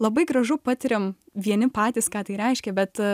labai gražu patiriam vieni patys ką tai reiškia bet